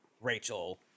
Rachel